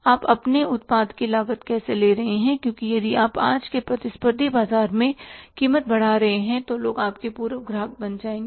आप अपने उत्पाद की लागत कैसे ले रहे हैं क्योंकि यदि आप आज के प्रतिस्पर्धी बाजार में कीमत बढ़ा रहे हैं तो लोग आपके पूर्व ग्राहक बन जाएंगे